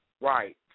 right